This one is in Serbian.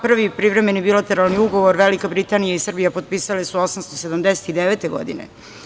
Prvi privremeni bilateralni ugovor Velika Britanija i Srbija potpisale su 879. godine.